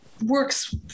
works